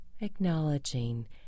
Acknowledging